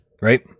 right